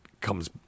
comes –